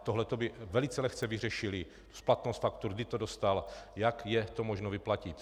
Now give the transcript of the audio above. Tohle by velice lehce vyřešily splatnost faktur, kdy to dostal, jak je to možno vyplatit.